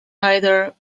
either